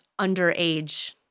underage